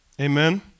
Amen